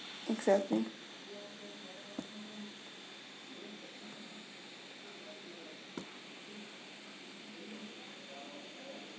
exactly